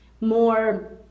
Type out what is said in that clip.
more